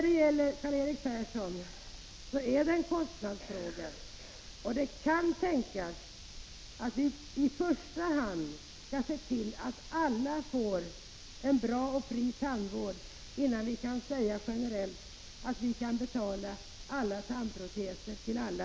Det är, Karl-Erik Persson, en kostnadsfråga, och det kan tänkas att vi i första hand skall se till att alla får en bra tandvård, innan vi generellt lovar att vi kan betala tandproteser till alla.